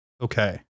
okay